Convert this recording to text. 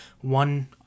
one